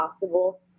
possible